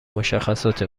مشخصات